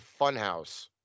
Funhouse